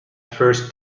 first